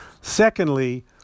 Secondly